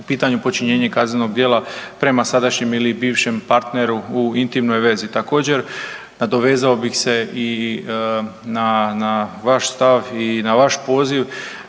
u pitanju počinjenje kaznenog djela prema sadašnjem ili bivšem partneru u intimnoj vezi. Također nadovezao bi se i na vaš stav i na vaš poziv